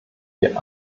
wir